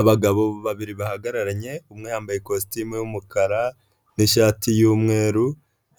Abagabo babiri bahagararanye umwe yambaye ikositimu y'umukara n'ishati y'umweru,